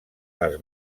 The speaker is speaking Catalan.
les